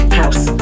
house